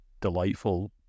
delightful